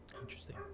Interesting